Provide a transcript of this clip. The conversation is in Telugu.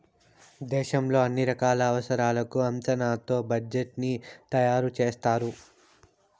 దేశంలో అన్ని రకాల అవసరాలకు అంచనాతో బడ్జెట్ ని తయారు చేస్తారు